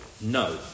No